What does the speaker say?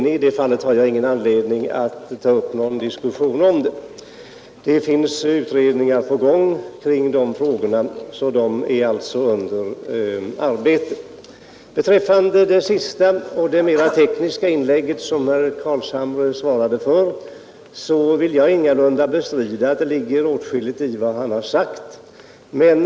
I det fallet har jag ingen anledning att ta upp någon diskussion. Det pågår utredningar kring dessa frågor, och de är alltså under arbete. Vad beträffar herr Carlshamres mera tekniska resonemang vill jag ingalunda bestrida att det ligger åtskilligt i vad han har sagt.